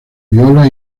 viola